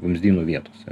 vamzdynų vietose